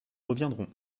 reviendrons